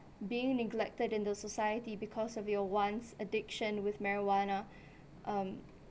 been neglected into society because of your once addiction with marijuana um